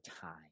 time